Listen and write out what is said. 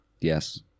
Yes